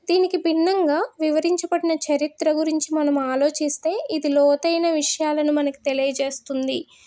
దీనికి భిన్నంగా వివరించబడిన చరిత్ర గురించి మనం ఆలోచిస్తే ఇది లోతైన విషయాలను మనకు తెలియజేస్తుంది